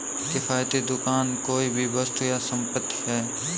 किफ़ायती दुकान कोई भी वस्तु या संपत्ति है